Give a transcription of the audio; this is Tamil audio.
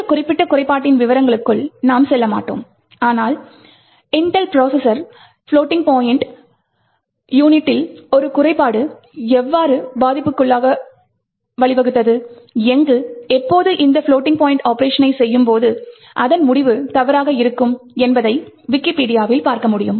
இந்த குறிப்பிட்ட குறைபாட்டின் விவரங்களுக்குள் நான் செல்லமாட்டேன் ஆனால் இன்டெல் ப்ரோசஸரின் ப்ளோட்டிங் பாயிண்ட் யூனிட்டில் ஒரு குறைபாடு எவ்வாறு பாதிப்புக்கு வழிவகுத்தது எங்கு எப்போது இந்த ப்ளோட்டிங் பாயிண்ட் ஆபரேஷனை செய்யும் போது அதன் முடிவு தவறாக இருக்கும் என்பதை விக்கிபீடியாவில் பார்க்க முடியும்